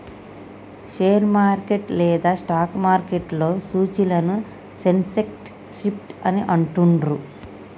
share market లేదా stock మార్కెట్లో సూచీలను సెన్సెక్స్, నిఫ్టీ అని అంటుండ్రు